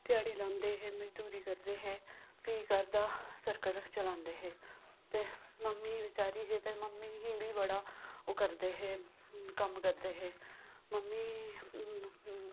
ध्याड़ी लांदे हे मजदूरी करदे हे फ्ही घर दा सर्कल चलांदे हे ते मम्मी बेचारी हे ते मम्मी बी बड़ा ओह् करदे हे कम्म करदे हे मम्मी